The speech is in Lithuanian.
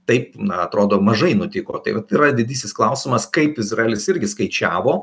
taip na atrodo mažai nutiko tai vat yra didysis klausimas kaip izraelis irgi skaičiavo